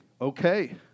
Okay